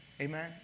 Amen